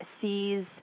sees